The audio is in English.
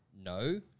No